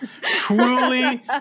Truly